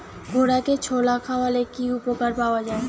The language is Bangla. ঘোড়াকে ছোলা খাওয়ালে কি উপকার পাওয়া যায়?